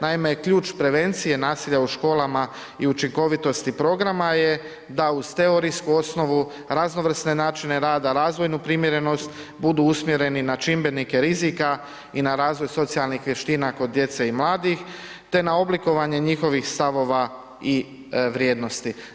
Naime, ključ prevencije nasilja u školama i učinkovitosti programa je da uz teorijsku osnovu, raznovrsne načine rada, razvojnu primjerenost, budu usmjereni na čimbenike rizika i na razvoj socijalnih vještina kod djece i mladih, te na oblikovanje njihovih stavova i vrijednosti.